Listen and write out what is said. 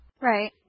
Right